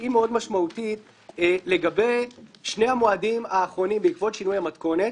שהיא מאוד משמעותית לגבי שני המועדים האחרונים בעקבות שינוי המתכונת,